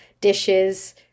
dishes